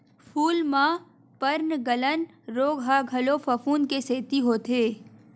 फूल म पर्नगलन रोग ह घलो फफूंद के सेती होथे